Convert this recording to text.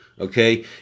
Okay